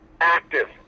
active